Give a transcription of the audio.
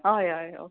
हय हय ओके